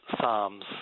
psalms